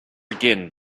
again